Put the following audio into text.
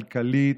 כלכלית,